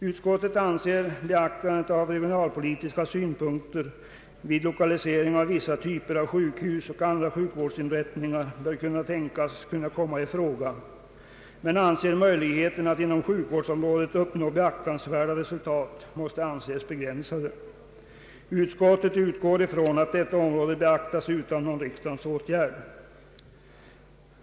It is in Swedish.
Utskottet anser att beaktandet av regionalpolitiska synpunkter vid lokalisering av vissa typer av sjukhus och andra sjukvårdsinrättningar bör kunna tänkas kunna komma i fråga, men anser möjligheterna att inom sjukvårdsområdet uppnå beaktansvärda resultat måste anses begränsade. Utskottet utgår från att detta område beaktas utan någon riksdagens åtgärd.